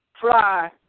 fly